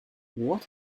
what